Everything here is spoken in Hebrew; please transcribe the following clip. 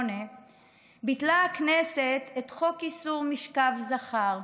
ביטלה הכנסת את חוק איסור משכב זכר,